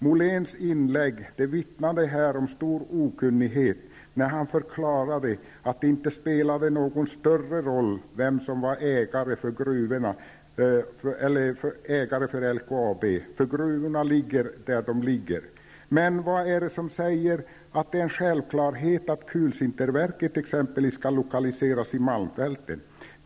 Moléns inlägg vittnade om stor okunnighet när han förklarade att det inte spelade någon större roll vem som var ägare för LKAB. Gruvorna ligger nu där de ligger. Men vad är det som säger att det är en självklarhet att kulsinterverket skall lokaliseras i Malmfälten?